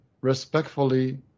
respectfully